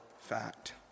fact